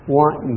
want